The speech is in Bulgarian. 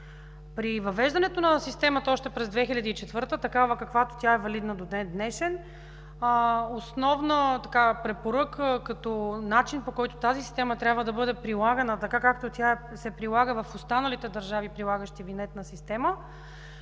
При въвеждането на системата още през 2004 г., такава каквато тя е валидна до ден днешен, основна препоръка като начин, по който тази система трябва да бъде прилагана, така както тя се прилага в останалите държави, прилагащи винетна система,